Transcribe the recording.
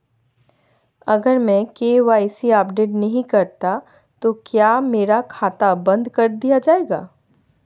अगर मैं KYC update नहीं करता तो क्या मेरा खाता बंद कर दिया जाएगा?